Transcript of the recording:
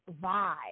vibe